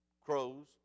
crows